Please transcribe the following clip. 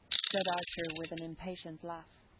said archer with an impatient laugh.